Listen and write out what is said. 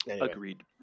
Agreed